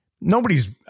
Nobody's –